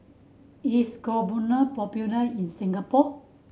is popular in Singapore